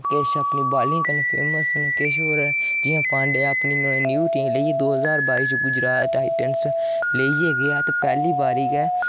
किश अपनी बाॅलिंग कन्नै फेमस न किश होर जि'यां पान्ड्या अपनी न्यू टीम लेइयै दो ज्हार बाई च गुजरात टाईटन्स लेइयै गेआ ते पैह्ली बारी गै